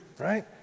right